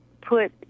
put